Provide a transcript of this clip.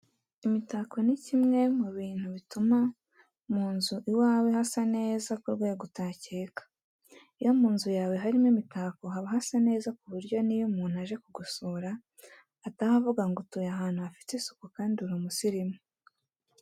Imitako ni kimwe mu bintu bituma mu nzu iwawe hasa neza ku rwego utakeka. Iyo mu nzu yawe harimo imitako haba hasa neza ku buryo n'iyo umuntu aje kugusura ataha avuga ngo utuye ahantu hafite isuku kandi uri umusirimu.